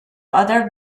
other